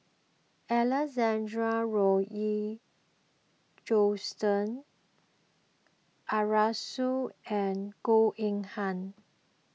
Alexander Laurie Johnston Arasu and Goh Eng Han